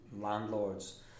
landlords